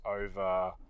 over